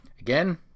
Again